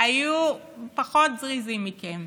היו פחות זריזים מכם.